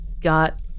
got